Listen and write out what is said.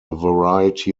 variety